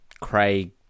Craig